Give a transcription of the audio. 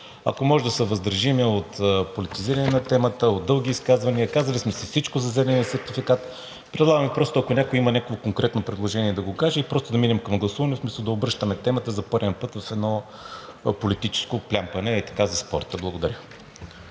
Ако може да се въздържим от политизиране на темата, от дълги изказвания. Казали сме си всичко за зеления сертификат. Предлагам Ви просто, ако някой има някакво конкретно предложение, да го каже и просто да преминем към гласуване, вместо да обръщаме темата за пореден път в едно политическо плямпане, ей-така, за спорта. Благодаря.